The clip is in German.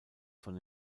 von